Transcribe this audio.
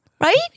Right